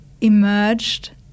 emerged